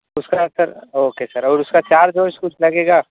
اس کا sir okay sir اور اس کا چارج وارج کچھ لگے گا